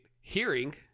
hearing